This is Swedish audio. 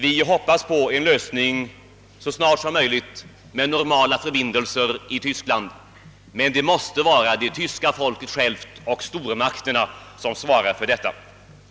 Vi hoppas på en lösning så snart som möjligt med normala förbindelser i Tyskland. Men det måste vara det tyska folket självt och stormakterna som svarar för denna.